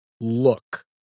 look